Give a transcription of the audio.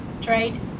Trade